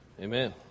Amen